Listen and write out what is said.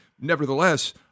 Nevertheless